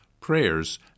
prayers